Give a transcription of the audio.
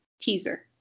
teaser